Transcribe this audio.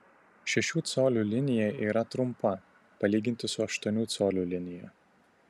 šešių colių linija yra trumpa palyginti su aštuonių colių linija